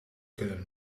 kunnen